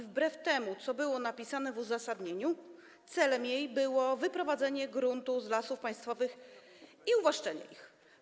Wbrew temu, co było napisane w uzasadnieniu, celem jej było wyprowadzenie gruntów z Lasów Państwowych i uwłaszczenie ich.